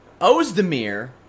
Ozdemir